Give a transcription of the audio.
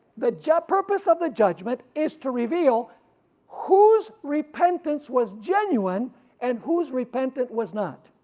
the yeah ah purpose of the judgment is to reveal whose repentance was genuine and whose repentant was not,